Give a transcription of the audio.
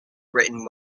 written